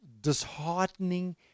disheartening